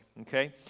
okay